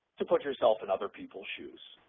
to put yourself in other people's shoes.